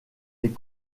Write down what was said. les